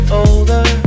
older